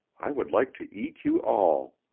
i would like to eat you all.